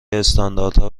استانداردها